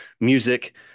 music